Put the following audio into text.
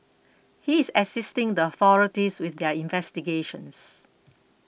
he is assisting the authorities with their investigations